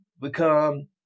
become